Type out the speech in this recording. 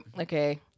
okay